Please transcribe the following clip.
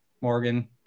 Morgan